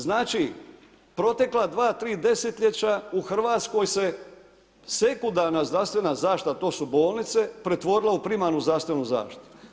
Znači protekla 2-3 desetljeća u Hrvatskoj se sekundarna zdravstvena zaštita a to su bolnice, pretvorila u primarnu zdravstvenu zaštitu.